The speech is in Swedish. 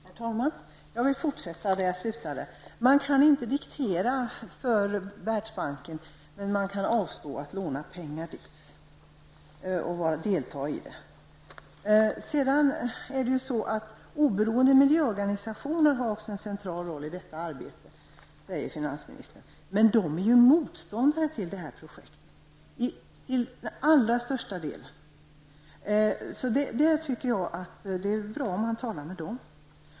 Herr talman! Jag vill fortsätta där jag slutade. Man kan inte diktera för Världsbanken, men man kan avstå från att låna pengar till och delta i verksamheten. Oberoende miljöorganisationer har också en central roll i detta arbete, säger finansministern. Men de är ju till allra största delen motståndare till det här projektet. Jag tycker att det bra om man talar med dem.